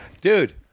dude